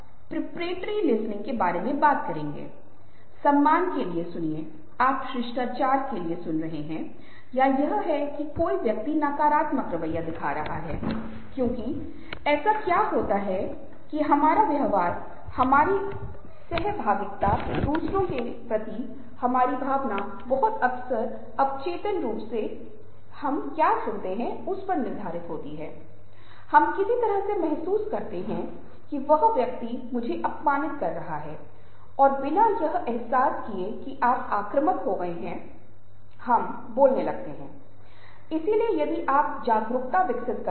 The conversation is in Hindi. तो पहले क्या ताकत हैं बयानबाजी का मतलब बोलने की बहुत अच्छी कला है वे बहुत अच्छी भाषा शब्द और वाक्यों का उपयोग कर सकते हैं दूसरों को समझाने के लिए वे दूसरों को मना सकते हैं और वे चीजों का विश्लेषण कर सकते हैं वे बहुत अच्छी तरह से हैं वे बहुत सारे विवरण दे सकते हैं और बहुत सारी जानकारी के कारण उन्हें विश्वसनीयता प्राप्त होती है